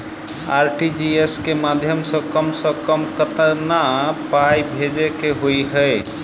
RTGS केँ माध्यम सँ कम सऽ कम केतना पाय भेजे केँ होइ हय?